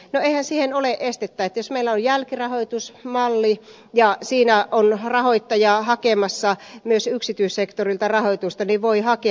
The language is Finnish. eihän siihen ole estettä että jos meillä on jälkirahoitusmalli ja siinä on rahoittaja hakemassa myös yksityissektorilta rahoitusta niin voi hakea